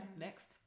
Next